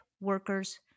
workers